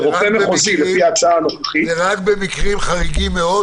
זה רופא מחוזי, לפי ההצעה הנוכחית.